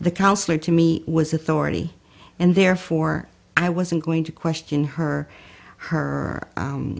the counselor to me was authority and therefore i wasn't going to question her her